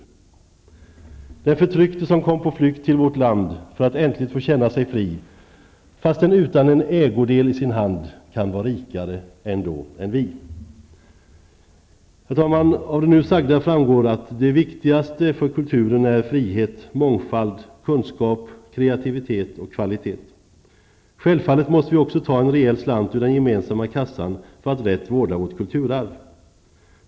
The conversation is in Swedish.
Den förtryckte som kom på flykt till vårt land för att äntligt få känna sig fri fastän utan en ägodel i sin hand kan va' rikare ändå än vi Herr talman! Av det nu sagda framgår att det viktigaste för kulturen är frihet, mångfald, kunskap, kreativitet och kvalitet. Självfallet måste vi också ta en rejäl slant ur den gemensamma kassan för att rätt vårda vårt kulturarv.